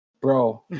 Bro